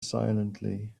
silently